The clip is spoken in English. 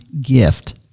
gift